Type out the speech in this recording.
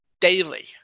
daily